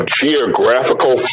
geographical